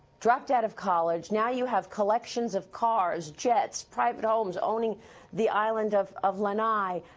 dropped out of college, now you have collections of cars, jets, private homes, owning the island of of lanai.